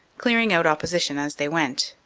clear ing out opposition as they went,